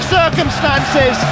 circumstances